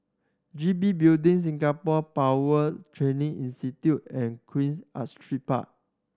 G B Building Singapore Power Training Institute and Queen Astrid Park